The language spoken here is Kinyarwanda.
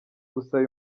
gusaba